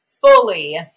fully